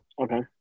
Okay